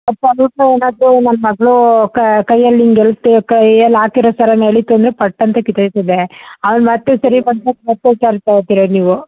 ಅದು ಸ್ವಲ್ಪ ಅದು ನನ್ನ ಮಗಳು ಕೈಯಲ್ಲಿ ಹೀಗೇ ಎಳಿತು ಕೈಯಲ್ಲಿ ಹಾಕಿರೋ ಸರನ ಎಳಿತು ಅಂದರೆ ಪಟ್ ಅಂತ ಕಿತ್ತೋಯ್ತದೆ ಅದನ್ನು ಮತ್ತೆ ಸರಿಪಡ್ಸಾಕೆ ಮತ್ತೆ ಚಾರ್ಜ್ ತಗೋತಿರಿ ನೀವು